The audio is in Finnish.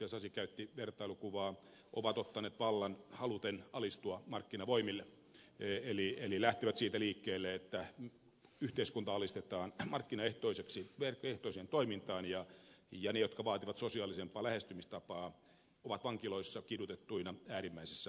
sasi käytti vertailukuvaa ovat ottaneet vallan haluten alistua markkinavoimille eli lähtevät siitä liikkeelle että yhteiskunta alistetaan markkinaehtoiseen toimintaan ja ne jotka vaativat sosiaalisempaa lähestymistapaa ovat vankiloissa kidutettuina äärim mäisessä hädässä